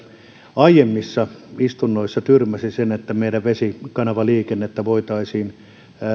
aiemmissa istunnoissa tyrmäsi sen että meidän vesikanavaliikennettämme voitaisiin